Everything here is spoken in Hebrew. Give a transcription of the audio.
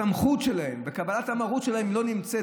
הסמכות שלהם וקבלת המרות שלהם לא נמצאת,